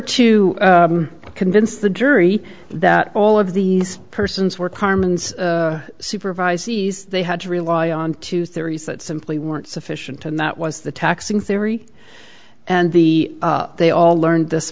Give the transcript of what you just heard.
to convince the jury that all of these persons were carmen's supervised they had to rely on two theories that simply weren't sufficient and that was the taxing theory and the they all learned this